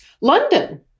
London